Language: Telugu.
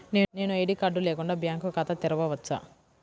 నేను ఐ.డీ కార్డు లేకుండా బ్యాంక్ ఖాతా తెరవచ్చా?